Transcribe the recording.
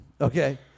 okay